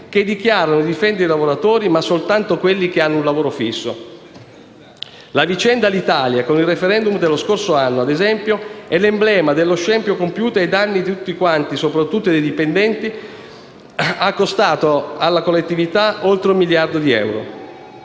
che dichiarano di difendere i lavoratori, ma soltanto quelli che hanno un lavoro fisso. La vicenda Alitalia con il *referendum* dello scorso anno, ad esempio, è l'emblema dello scempio compiuto ai danni di tutti quanti, soprattutto dei dipendenti, ed è costato alla collettività oltre un miliardo di euro.